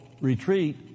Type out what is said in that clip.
retreat